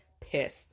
pissed